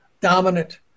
dominant